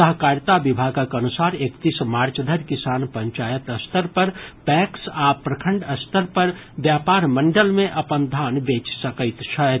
सहकारिता विभागक अनुसार एकतीस मार्च धरि किसान पंचायत स्तर पर पैक्स आ प्रखंड स्तर पर व्यापार मंडल मे अपन धान बेचि सकैत छथि